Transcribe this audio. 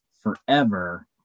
forever